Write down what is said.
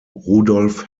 rudolf